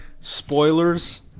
spoilers